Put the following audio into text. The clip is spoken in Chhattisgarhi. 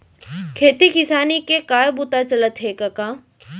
खेती किसानी के काय बूता चलत हे कका?